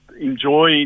enjoy